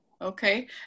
Okay